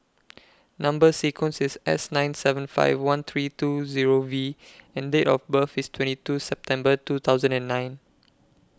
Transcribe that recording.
Number sequence IS S nine seven five one three two Zero V and Date of birth IS twenty two September two thousand and nine